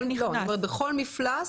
בכל מפלס,